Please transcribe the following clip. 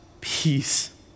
peace